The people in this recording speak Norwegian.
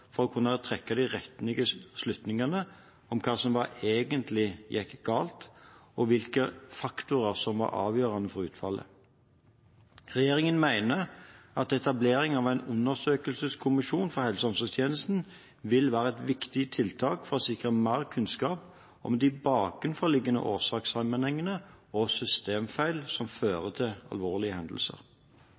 for å kunne trekke de rette slutningene om hva som egentlig gikk galt, og hvilke faktorer som var avgjørende for utfallet. Regjeringen mener at etablering av en undersøkelseskommisjon for helse- og omsorgstjenesten vil være et viktig tiltak for å sikre mer kunnskap om de bakenforliggende årsakssammenhengene og systemfeil som fører til alvorlige hendelser.